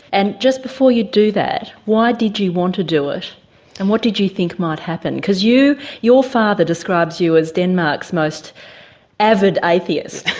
and just before you do that, why did you want to do it and what did you think might happen? because your father describes you as denmark's most avid atheist.